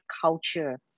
culture